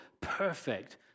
perfect